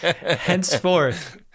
henceforth